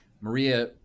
Maria